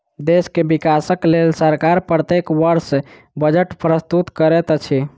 देश के विकासक लेल सरकार प्रत्येक वर्ष बजट प्रस्तुत करैत अछि